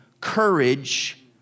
courage